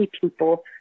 people